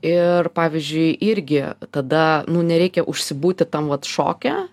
ir pavyzdžiui irgi tada nu nereikia užsibūti tam vat šoke